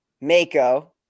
Mako